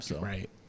Right